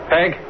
Peg